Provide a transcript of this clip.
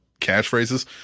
catchphrases